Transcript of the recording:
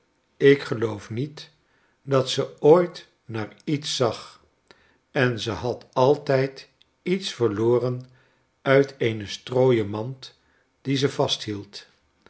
ik geloof niet dat ze ooit naar iets zag en ze had altijd iets verloren uit eene strooien mand die ze vasthield